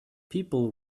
people